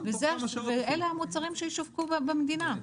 ואלה המוצרים שישווקו במדינה.